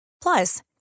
Plus